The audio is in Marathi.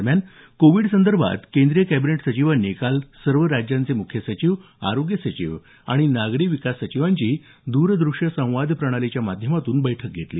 दरम्यान कोविड संदर्भात केंद्रीय कॅबिनेट सचिवांनी काल सर्व राज्यांचे मुख्य सचिव आरोग्य सचिव आणि नागरी विकास सचिवांची द्रदृश्य संवाद प्रणालीच्या माध्यमातून बैठक घेतली